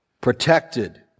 protected